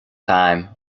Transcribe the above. time